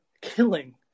killing